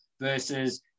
versus